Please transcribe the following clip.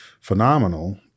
phenomenal